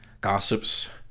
gossips